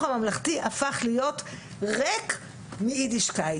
הממלכתי הפך להיות ריק מיידישקייט.